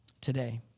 today